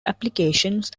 applications